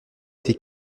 été